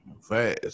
Fast